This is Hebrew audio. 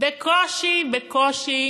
בקושי בקושי